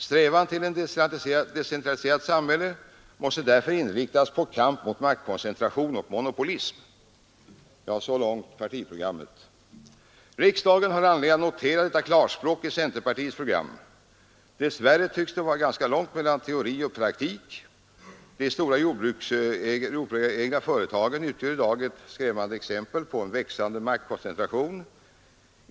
Strävandena till ett decentraliserat samhälle måste därför inriktas på kamp mot maktkoncentration och monopolism.” — Så långt partiprogrammet. Riksdagen har anledning notera detta klarspråk i centerpartiets program. Dess värre tycks det vara långt mellan teori och praktik. De stora jordbrukarägda företagen utgör i dag ett skrämmande exempel på en växande maktkoncentration.